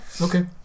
okay